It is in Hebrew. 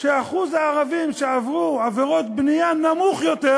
שאחוז הערבים שעברו עבירות בנייה נמוך יותר